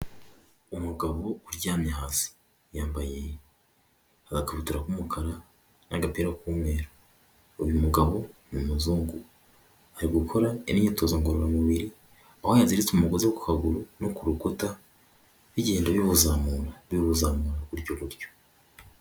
Umugabo uryamye hasi yambaye agakabutura k'umukara n'agapira k'umweru, uyu mugabo ni umuzungu ari gukora imyitozo ngororamubiri yaziritse umugozi ku kaguru no ku rukuta bigenda biwuzamura gutyo gutyo.